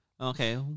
Okay